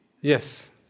yes